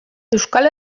euskal